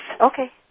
Okay